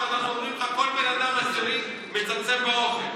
אומרים לך: כל בן אדם עשירי מצמצם באוכל.